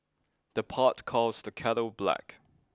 the pot calls the kettle black